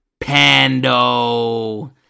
Pando